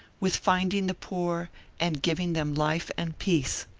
with finding the poor and giving them life and peace